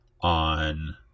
on